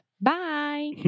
bye